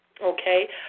Okay